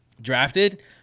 drafted